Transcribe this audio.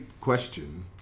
question